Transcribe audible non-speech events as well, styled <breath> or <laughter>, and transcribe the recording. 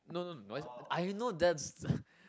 no no <noise> I know that's <breath>